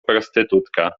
prostytutka